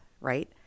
right